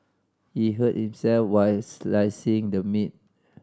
he hurt himself while slicing the meat